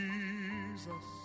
Jesus